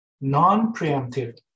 non-preemptive